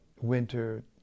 winter